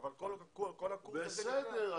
בסדר,